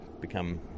become